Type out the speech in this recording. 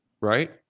right